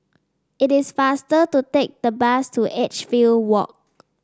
it is faster to take the bus to Edgefield Walk